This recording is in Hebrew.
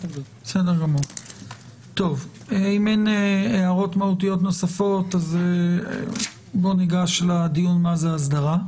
אם אין הערות מהותיות נוספות אז ניגש לדיון מה זה "אסדרה".